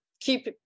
keep